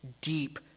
deep